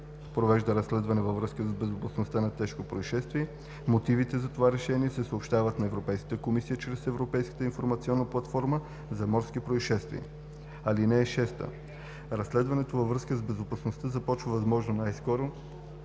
провежда разследване във връзка с безопасността на тежко произшествие, мотивите за това решение се съобщават на Европейската комисия чрез Европейската информационна платформа за морски произшествия. (6) Разследването във връзка с безопасността започва възможно най-скоро,